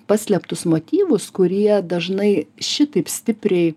paslėptus motyvus kurie dažnai šitaip stipriai